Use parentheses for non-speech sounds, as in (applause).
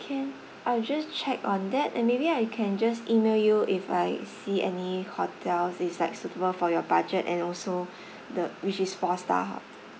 can I'll just check on that and maybe I can just email you if I see any hotels is like suitable for your budget and also (breath) the which is four star ho~